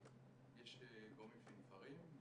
יש גורמים שנבחרים,